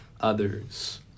others